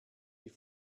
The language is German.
die